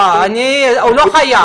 לא, הוא לא חייב.